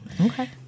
Okay